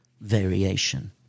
variation